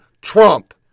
Trump